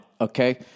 okay